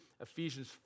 Ephesians